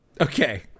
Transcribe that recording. Okay